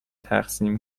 تقسیم